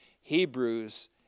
Hebrews